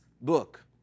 book